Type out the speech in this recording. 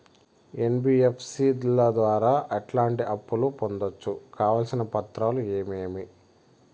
NBFC ల ద్వారా ఎట్లాంటి అప్పులు పొందొచ్చు? కావాల్సిన పత్రాలు ఏమేమి?